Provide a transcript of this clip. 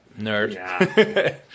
nerd